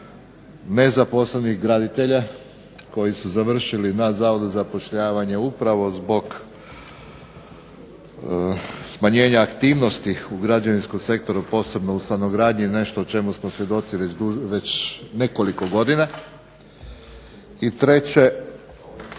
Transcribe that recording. nezaposlenih graditelja koji su završili na Zavodu za zapošljavanje upravo zbog smanjenja aktivnosti u građevinskom sektoru posebno u stanogradnji je nešto o čemu smo svjedoci već nekoliko godina. I treće,